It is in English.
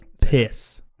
Piss